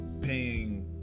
paying